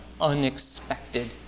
unexpected